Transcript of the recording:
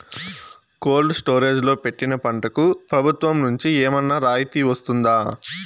Cold storage లో పెట్టిన పంటకు ప్రభుత్వం నుంచి ఏమన్నా రాయితీ వస్తుందా?